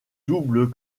double